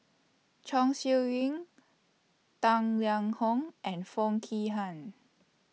Chong Siew Ying Tang Liang Hong and Foo Kee Han